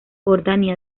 jordania